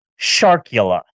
Sharkula